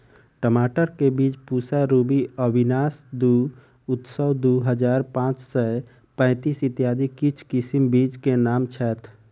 टमाटर केँ बीज पूसा रूबी, अविनाश दु, उत्सव दु हजार पांच सै पैतीस, इत्यादि किछ किसिम बीज केँ नाम छैथ?